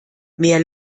mehr